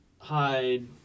hide